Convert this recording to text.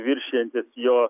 viršijantis jo